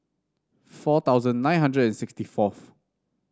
four thousand nine hundred and sixty fourth